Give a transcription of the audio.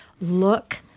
look